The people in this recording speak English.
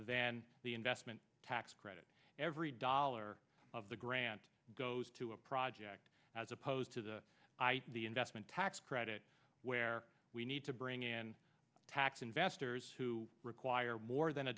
than the investment tax credit every dollar of the grant goes to a project as opposed to the the investment tax credit where we need to bring in tax investors who require more than a